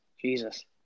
Jesus